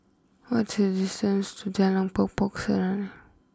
what is distance to Jalan Pokok Pokok Serunai